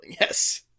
yes